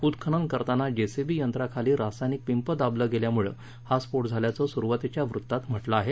उत्खनन करताना जेसीबी यंत्राखाली रासायनिक पिंप दाबलं गेल्यामुळे हा स्फोट झाल्याचं सुरुवातीच्या वृत्तात म्हटलं आहे